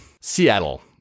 Seattle